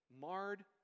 marred